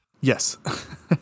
Yes